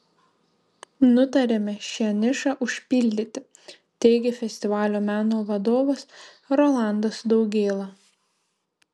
nutarėme šią nišą užpildyti teigė festivalio meno vadovas rolandas daugėla